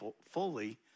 fully